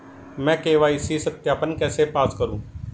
मैं के.वाई.सी सत्यापन कैसे पास करूँ?